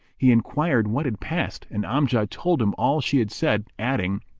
he enquired what had passed, and amjad told him all she had said, adding,